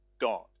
God